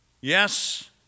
Yes